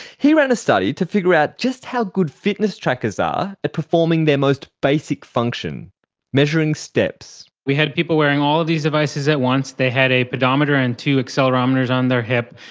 he ran a study to figure out just how good fitness trackers are at performing their most basic function measuring steps. we had people wearing all of these devices at once, they had a pedometer and two accelerometers on their hip,